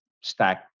stack